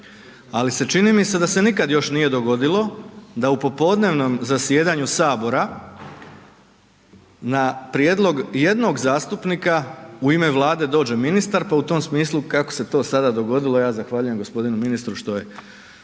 ali se čini mi se da se nikad još nije dogodilo da u popodnevnom zasjedanju sabora na prijedlog jednog zastupnika u ime Vlade dođe ministar, pa u tom smislu kako se to sada dogodilo ja zahvaljujem gospodinu ministru što je